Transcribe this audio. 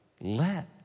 let